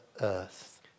Earth